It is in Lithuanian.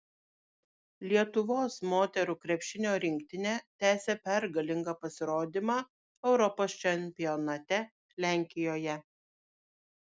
lietuvos moterų krepšinio rinktinė tęsia pergalingą pasirodymą europos čempionate lenkijoje